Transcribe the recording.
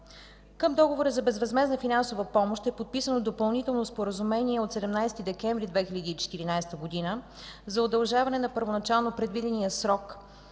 Към договора за безвъзмездна финансова помощ е подписано Допълнително споразумение от 17 декември 2014 г. за удължаване на първоначално предвидения срок